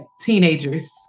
teenagers